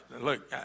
look